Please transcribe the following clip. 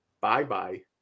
bye-bye